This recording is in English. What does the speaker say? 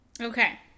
Okay